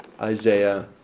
Isaiah